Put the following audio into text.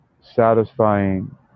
satisfying